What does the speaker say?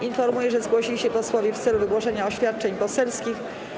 Informuję, że zgłosili się posłowie w celu wygłoszenia oświadczeń poselskich.